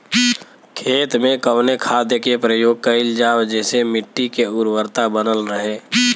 खेत में कवने खाद्य के प्रयोग कइल जाव जेसे मिट्टी के उर्वरता बनल रहे?